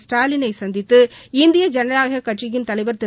ஸ்டாலினை சந்தித்து இந்திய ஜனநாயக கட்சியின் தலைவர் திரு